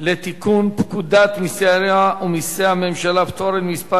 לתיקון פקודת מסי העירייה ומסי הממשלה (פטורין) (מס'